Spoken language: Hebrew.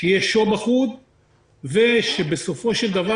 שיהיה שו"ב אחוד ובסופו של דבר